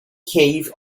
cave